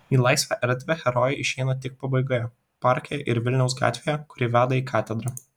į laisvą erdvę herojai išeina tik pabaigoje parke ir vilniaus gatvėje kuri veda į katedrą